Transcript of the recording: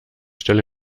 stelle